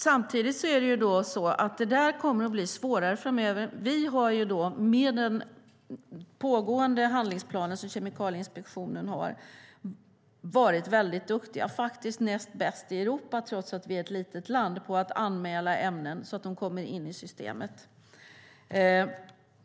Samtidigt kommer det där att bli svårare framöver. Vi har med Kemikalieinspektionens pågående handlingsplan varit väldigt duktiga - faktiskt näst bäst i Europa, trots att vi är ett litet land - på att anmäla ämnen så att de kommer in i systemet.